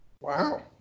Wow